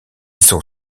sont